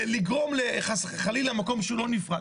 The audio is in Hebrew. לגרום לחלילה מקום שהוא לא נפרד.